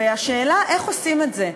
והשאלה היא איך עושים את זה,